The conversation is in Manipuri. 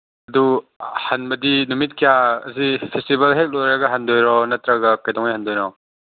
ꯑꯗꯨ ꯍꯟꯕꯗꯤ ꯅꯨꯃꯤꯠ ꯀꯌꯥ ꯑꯁꯤ ꯐꯦꯁꯇꯤꯕꯦꯜ ꯍꯦꯛ ꯂꯣꯏꯔꯒ ꯍꯟꯗꯣꯏꯔꯣ ꯅꯠꯇ꯭ꯔꯒ ꯀꯩꯗꯧꯉꯩ ꯍꯟꯗꯣꯏꯅꯣ